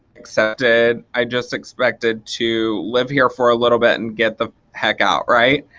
accepted. i just expected to live here for a little bit and get the heck out right?